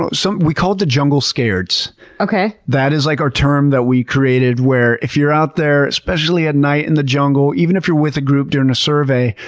but so we call it the jungle scareds that that is like our term that we created where if you're out there, especially at night in the jungle, even if you're with a group during a survey,